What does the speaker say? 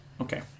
Okay